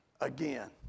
again